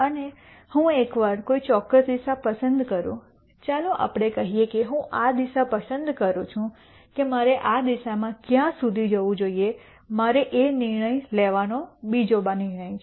અને એકવાર હું કોઈ ચોક્કસ દિશા પસંદ કરું ચાલો આપણે કહીએ કે હું આ દિશા પસંદ કરું છું કે મારે આ દિશામાં ક્યાં સુધી જવું જોઈએ મારે લેવાનો બીજો નિર્ણય છે